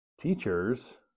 teachers